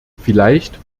vielleicht